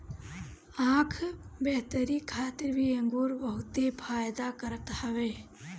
आँख बेहतरी खातिर भी अंगूर बहुते फायदा करत हवे